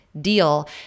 deal